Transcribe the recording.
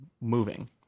moving